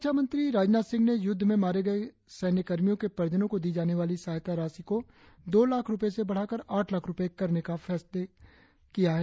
रक्षामंत्री राजनाथ सिंह ने युद्ध में मारे गए सैन्यकर्मियों के परिजनों को दी जाने वाली सहायता राशि को दो लाख से बढ़ाकर आठ लाख रुपये करने का फैसले को सैद्वांतिक मंजूरी दे दी है